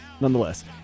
Nonetheless